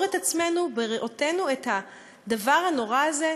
את עצמנו בראותנו את הדבר הנורא הזה,